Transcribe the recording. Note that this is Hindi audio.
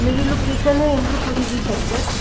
मेरी लोकेशन है इंद्रपुरी बी सेक्टर